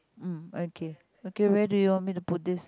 mm okay okay where do you want me to put this